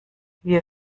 wir